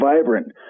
vibrant